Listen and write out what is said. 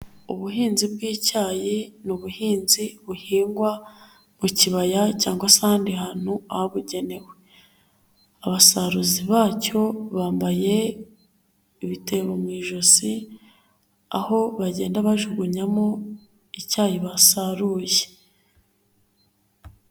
Ubuhinzi bw'icyayi ni ubuhinzi buhingwa mu kibaya cyangwa se ahandi hantu habugenewe, abasaruzi bacyo bambaye ibitebo mu ijosi aho bagenda bajugunyamo icyayi basaruye.